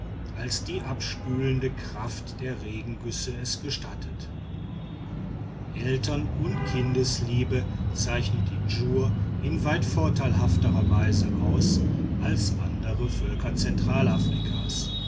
als die abspülende kraft der regengüsse es gestattet eltern und kindesliebe zeichnet die djur in weit vorteilhafterer weise aus als andere